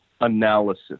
analysis